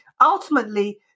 Ultimately